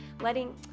letting